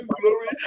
glory